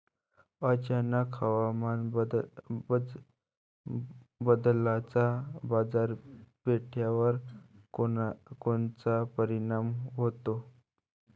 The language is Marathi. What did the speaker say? अचानक हवामान बदलाचा बाजारपेठेवर कोनचा परिणाम होतो?